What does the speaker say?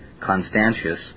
Constantius